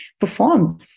perform